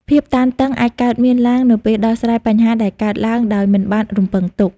ភាពតានតឹងអាចកើតមានឡើងនៅពេលដោះស្រាយបញ្ហាដែលកើតឡើងដោយមិនបានរំពឹងទុក។